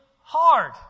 hard